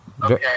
Okay